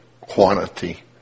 quantity